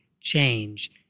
change